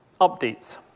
updates